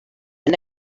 and